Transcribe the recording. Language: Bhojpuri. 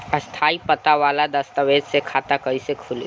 स्थायी पता वाला दस्तावेज़ से खाता कैसे खुली?